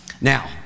Now